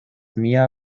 mia